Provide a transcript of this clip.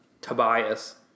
Tobias